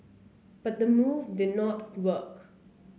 but the move did not work